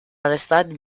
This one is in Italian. arrestati